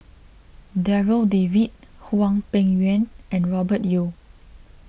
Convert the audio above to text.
Darryl David Hwang Peng Yuan and Robert Yeo